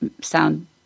sound